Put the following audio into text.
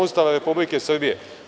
Ustava Republike Srbije.